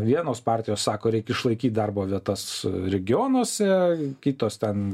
vienos partijos sako reikia išlaikyti darbo vietas regionuose kitos ten